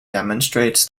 demonstrates